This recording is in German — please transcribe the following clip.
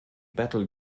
battle